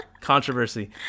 controversy